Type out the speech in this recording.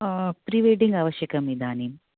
pre-wedding अवश्यकमिदानीं